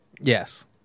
Yes